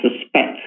suspect